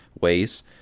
ways